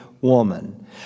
woman